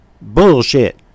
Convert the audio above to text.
bullshit